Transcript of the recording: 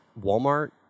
Walmart